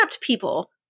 people